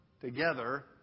together